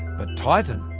but titan,